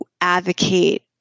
advocate